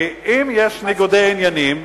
כי אם יש ניגודי עניינים,